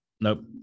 Nope